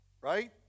right